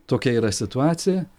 tokia yra situacija